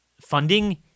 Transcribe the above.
funding